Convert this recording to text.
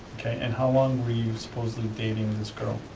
and how long were you supposedly dating this girl?